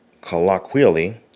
colloquially